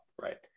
Right